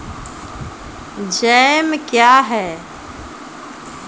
Jam क्या हैं?